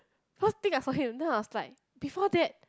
first thing I saw him then I was like before that